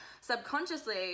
subconsciously